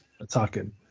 attacking